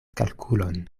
kalkulon